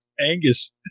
Angus